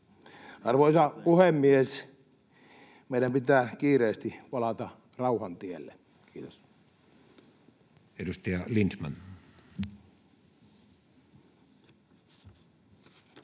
Arvoisa puhemies! Meidän pitää kiireesti palata rauhan tielle. — Kiitos. Edustaja Lindtman. Arvoisa